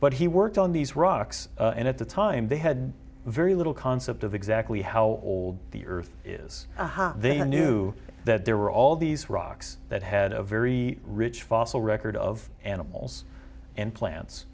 but he worked on these rocks and at the time they had very little concept of exactly how old the earth is they knew that there were all these rocks that had a very rich fossil record of animals and plants